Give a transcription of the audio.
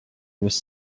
was